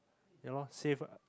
ya lor save